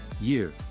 Year